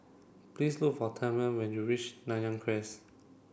please look for Tamela when you reach Nanyang Cres